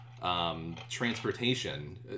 Transportation